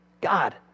God